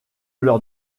leur